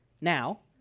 Now